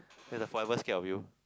then they forever scared of you